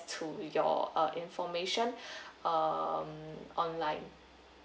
to your uh information uh online